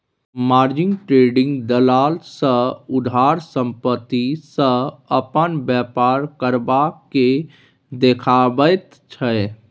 margin trading दलाल सँ उधार संपत्ति सँ अपन बेपार करब केँ देखाबैत छै